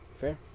fair